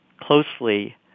closely